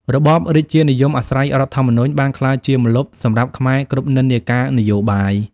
របបរាជានិយមអាស្រ័យរដ្ឋធម្មនុញ្ញបានក្លាយជាម្លប់សម្រាប់ខ្មែរគ្រប់និន្នាការនយោបាយ។